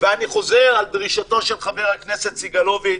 אני חוזר על דרישתו של חבר הכנסת סגלוביץ',